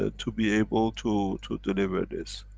ah to be able to to deliver this.